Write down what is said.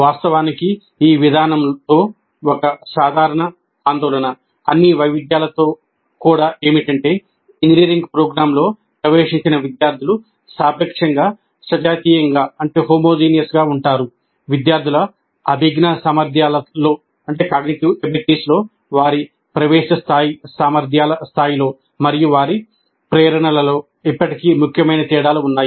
వాస్తవానికి ఈ విధానంతో ఒక సాధారణ ఆందోళన అన్ని వైవిధ్యాలతో కూడా ఏమిటంటే ఇంజనీరింగ్ ప్రోగ్రామ్లో ప్రవేశించిన విద్యార్థులు సాపేక్షంగా సజాతీయంగా వారి ప్రవేశ స్థాయి సామర్థ్యాల స్థాయిలో మరియు వారి ప్రేరణలలో ఇప్పటికీ ముఖ్యమైన తేడాలు ఉన్నాయి